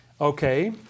Okay